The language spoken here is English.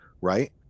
right